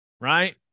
right